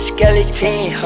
Skeleton